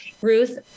Ruth